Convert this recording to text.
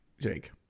Jake